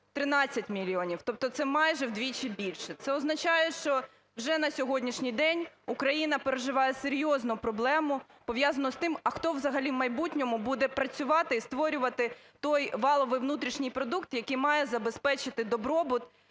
13 мільйонів. Тобто це майже вдвічі більше. Це означає, що вже на сьогоднішній день Україна переживає серйозну проблему, пов'язану з тим, а хто взагалі в майбутньому буде працювати і створювати той валовий внутрішній продукт, який має забезпечити добробут,